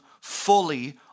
fully